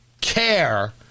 care